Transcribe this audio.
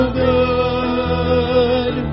good